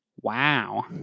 Wow